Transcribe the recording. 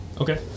Okay